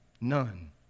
None